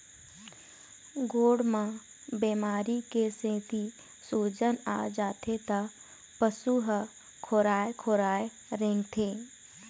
गोड़ म बेमारी के सेती सूजन आ जाथे त पशु ह खोराए खोराए रेंगथे